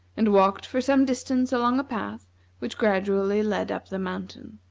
and walked for some distance along a path which gradually led up the mountain.